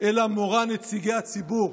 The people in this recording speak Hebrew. אלא מורא נציגי הציבור,